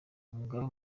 umugaba